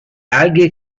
alghe